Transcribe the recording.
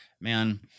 man